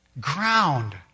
ground